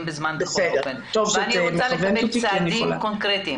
בזמן ואני רוצה לקדם צעדים קונקרטיים